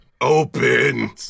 open